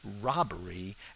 robbery